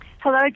Hello